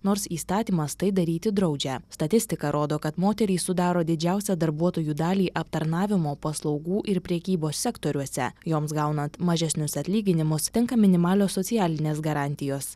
nors įstatymas tai daryti draudžia statistika rodo kad moterys sudaro didžiausią darbuotojų dalį aptarnavimo paslaugų ir prekybos sektoriuose joms gaunant mažesnius atlyginimus tenka minimalios socialinės garantijos